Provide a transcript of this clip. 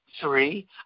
Three